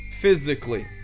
physically